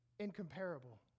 Incomparable